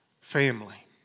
family